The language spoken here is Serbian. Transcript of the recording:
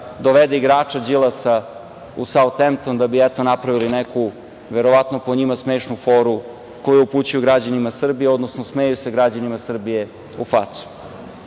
dovede igrača Đilasa u Sautempton da bi napravili neku verovatno po njima smešnu foru koju upućuju građanima Srbije, odnosno smeju se građanima Srbije u facu.U